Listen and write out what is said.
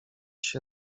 się